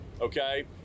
okay